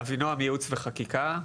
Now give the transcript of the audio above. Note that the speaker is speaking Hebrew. ייעוץ וחקיקה.